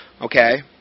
okay